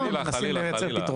מנסים לייצר פתרונות.